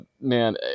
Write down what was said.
man